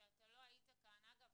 וכשאתה לא היית כאן אגב,